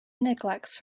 neglects